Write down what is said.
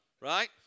Right